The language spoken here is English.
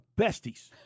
besties